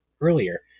earlier